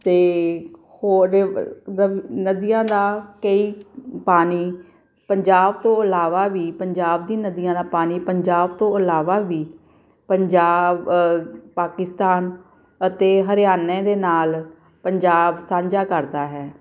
ਅਤੇ ਹੋਰ ਨਦੀਆਂ ਦਾ ਕਈ ਪਾਣੀ ਪੰਜਾਬ ਤੋਂ ਇਲਾਵਾ ਵੀ ਪੰਜਾਬ ਦੀ ਨਦੀਆਂ ਦਾ ਪਾਣੀ ਪੰਜਾਬ ਤੋਂ ਇਲਾਵਾ ਵੀ ਪੰਜਾਬ ਪਾਕਿਸਤਾਨ ਅਤੇ ਹਰਿਆਣੇ ਦੇ ਨਾਲ ਪੰਜਾਬ ਸਾਂਝਾ ਕਰਦਾ ਹੈ